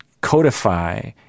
codify